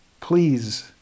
Please